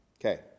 Okay